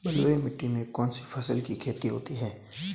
बलुई मिट्टी में कौनसी फसल की खेती होती है?